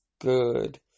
good